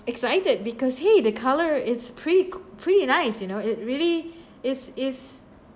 excited because !hey! the colour it's prett~ pretty nice you know it really is is